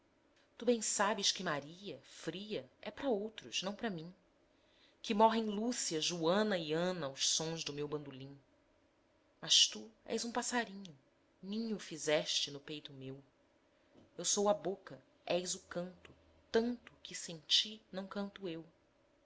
tu bem sabes que maria fria é pra outros não pra mim que morrem lúcia joana e ana aos sons do meu bandolim mas tu és um passarinho ninho fizeste no peito meu eu sou a boca és o canto tanto que sem ti não canto eu